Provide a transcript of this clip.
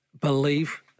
believe